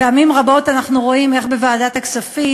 פעמים רבות אנחנו רואים איך בוועדת הכספים